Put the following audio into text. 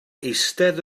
eistedd